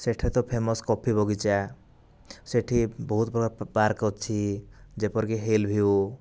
ସେ'ଠାରେ ତ famous coffee ବଗିଚା ସେ'ଠି ବହୁତ ପ୍ରକାର ପାର୍କ ଅଛି ଯେପରିକି ହିଲ ଭିଉ